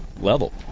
level